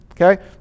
Okay